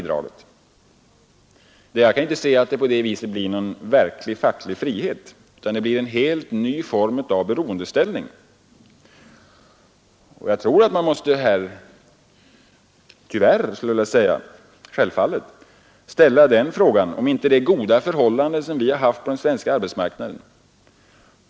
Det är särskilt LO-ekonomen herr Meidner som talat för detta, men politisk tyngd har argumenten fått genom att herr Palme och stora delar av den socialdemokratiska pressen instämt i princip. Men, herr talman, det är här något motsägelsefullt.